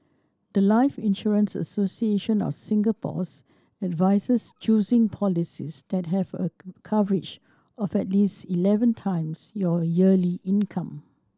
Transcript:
the life Insurance Association of Singapore's advises choosing policies that have a coverage of at least eleven times your yearly income